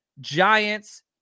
Giants